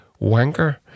wanker